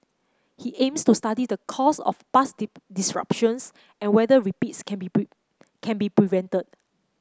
he aims to study the cause of past disruptions and whether repeats can be can be prevented